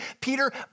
Peter